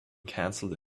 cancelled